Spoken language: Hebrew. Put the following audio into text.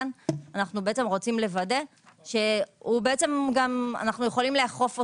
שאנו יכולים לאכוף אותו.